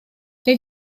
nid